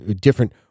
different